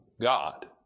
God